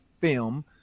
film